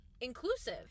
inclusive